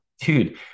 dude